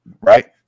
Right